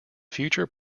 future